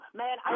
man